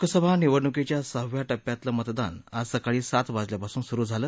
लोकसभा निवडणुकीच्या सहाव्या टप्प्यातलं मतदान आज सकाळी सात वाजल्यापासून सुरु झालं